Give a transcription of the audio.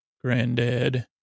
granddad